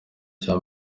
cya